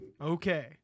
Okay